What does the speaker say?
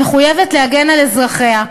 מחויבת להגן על אזרחיה,